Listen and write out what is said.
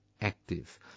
active